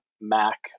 Mac